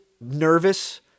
nervous